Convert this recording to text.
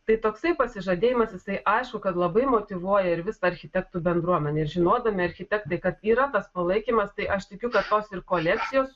tai toksai pasižadėjimas jisai aišku kad labai motyvuoja ir visą architektų bendruomenę žinodami architektai kad yra tas palaikymas tai aš tikiu kad ir kolekcijos